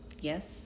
Yes